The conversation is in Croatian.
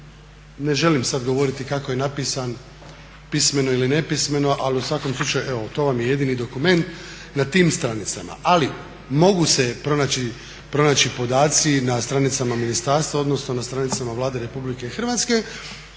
Ne želim sad govoriti kako je napisan pismeno ili nepismeno, ali u svakom slučaju evo to vam je jedini dokument na tim stranicama. Ali mogu se pronaći podaci na stranicama ministarstva, odnosno na stranicama Vlade RH.